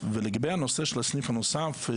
לגבי הנושא של הסניף הנוסף,